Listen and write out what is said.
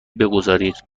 بگذارید